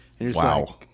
Wow